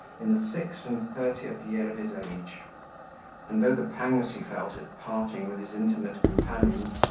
in the six-and-thirtieth year of his age and though the pangs he felt at parting with his intimate companions,